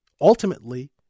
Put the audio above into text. ultimately